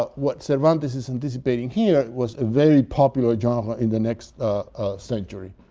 but what cervantes is anticipating here was a very popular genre in the next century.